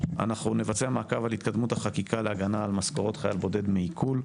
אנחנו נבצע מעקב על התקדמות החקיקה להגנה על משכורות חייל בודד מעיקול.